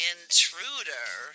Intruder